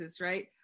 right